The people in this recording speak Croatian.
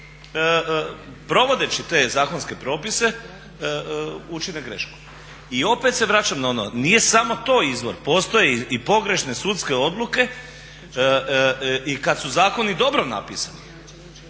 provodeći te zakonske propise učine grešku. I opet se vraćam na ono, nije samo to izvor, postoji i pogrešne sudske odluke i kad su zakoni dobro napisani.